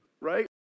right